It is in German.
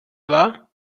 wahr